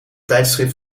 tijdschrift